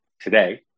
today